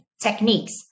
techniques